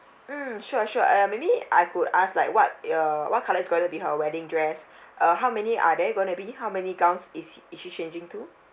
mm sure sure uh maybe I could ask like what uh what colour is going to be her wedding dress uh how many are there gonna be how many gowns is he is she changing to